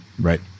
Right